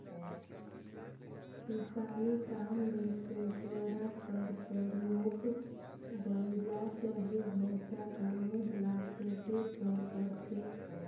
किसानी काम मे तोबरा कर परियोग बइला चहे भइसा कर मुंह ल तोपे बर करथे